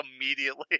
immediately